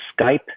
Skype